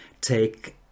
take